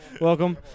Welcome